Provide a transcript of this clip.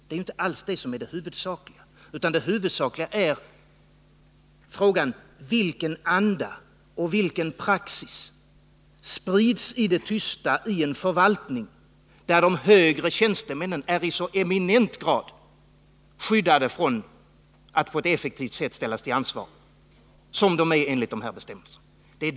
Det är ju inte alls det som är det huvudsakliga, utan det huvudsakliga är frågan: Vilken anda och vilken praxis sprids i det tysta i en förvaltning där de högre tjänstemännen är i så eminent grad skyddade från att på ett effektivt sätt ställas till ansvar som de är enligt dessa bestämmelser?